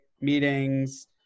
meetings